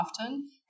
often